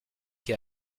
qui